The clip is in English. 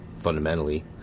fundamentally